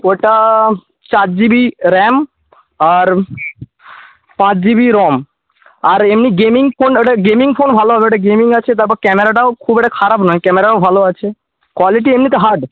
ওটা চার GB RAM আর পাঁচ জিবি রম আর এমনি গেমিং ফোন ওটা গেমিং ফোন ভালো হবে ওটা গেমিং আছে তারপর ক্যামেরাটাও খুব একটা খারাপ নয় ক্যামেরাও ভালো আছে কোয়ালিটি এমনিতে হার্ড